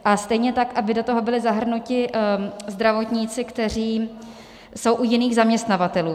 A stejně tak aby do toho byli zahrnuti zdravotníci, kteří jsou u jiných zaměstnavatelů.